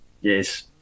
yes